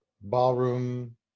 ballroom